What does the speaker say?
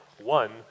one